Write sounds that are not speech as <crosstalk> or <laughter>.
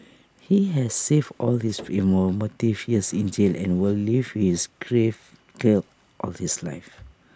he has save all his fill <noise> more motive years in jail and will live is grave guilt all his life